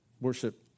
worship